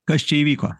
kas čia įvyko